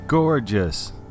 Gorgeous